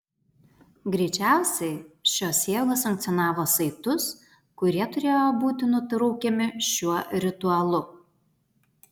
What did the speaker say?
greičiausiai šios jėgos sankcionavo saitus kurie turėjo būti nutraukiami šiuo ritualu